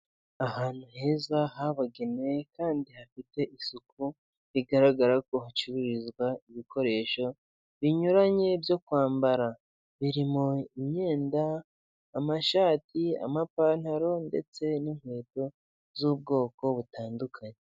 Ahantu heza habagenewe kandi hafite isuku bigaragara ko hacururizwa ibikoresho binyuranye byo kwambara biririmo myenda amashati, amapantaro ndetse n'inkweto z'ubwoko butandukanye.